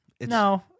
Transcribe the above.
No